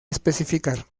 especificar